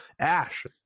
Ash